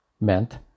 meant